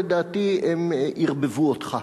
לדעתי הם "ערבבו" אותך,